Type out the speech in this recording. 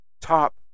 Top